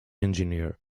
engineer